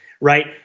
right